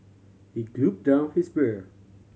he gulp down his beer